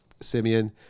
Simeon